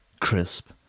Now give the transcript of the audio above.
crisp